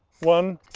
one.